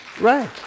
Right